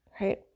right